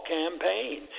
campaign